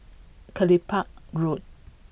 Kelopak Road